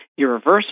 irreversible